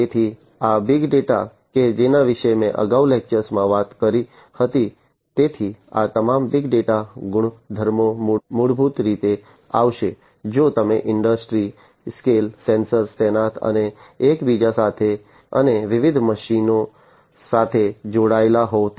તેથી આ big data કે જેના વિશે મેં અગાઉના લેક્ચરમાં વાત કરી હતી તેથી આ તમામ બિગ ડેટા ગુણધર્મો મૂળભૂત રીતે આવશે જો તમે ઇન્ડસ્ટ્રી સ્કેલ સેન્સર્સ તૈનાત અને એકબીજા સાથે અને વિવિધ મશીનો સાથે જોડાયેલા હોવ તો